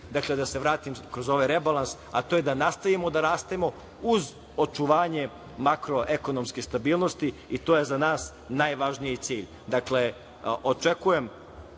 cilj, da se vratim, kroz ovaj rebalans, a to je da nastavimo da rastemo kroz očuvanje makroekonomske stabilnosti, a to je za nas najvažniji cilj. Dakle, očekujem